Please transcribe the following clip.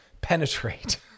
penetrate